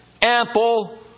ample